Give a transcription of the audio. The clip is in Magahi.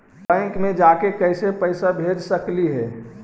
बैंक मे जाके कैसे पैसा भेज सकली हे?